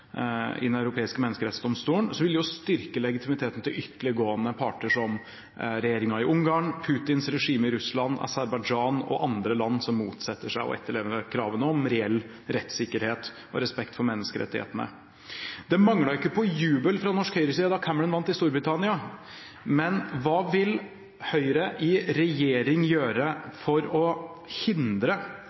i Den europeiske menneskerettsdomstol styrke legitimiteten til ytterliggående parter, som regjeringen i Ungarn, Putins regime i Russland, Aserbajdsjan og andre land som motsetter seg å etterleve kravene om reell rettssikkerhet og respekt for menneskerettighetene. Det manglet ikke på jubel fra norsk høyreside da Cameron vant i Storbritannia. Men hva vil Høyre i regjering gjøre for å hindre